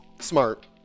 smart